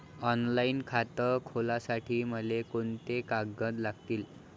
Online खातं खोलासाठी मले कोंते कागद लागतील?